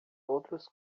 outros